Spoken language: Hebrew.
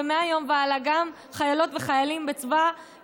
ומהיום והלאה גם לחיילות ולחיילים בצבא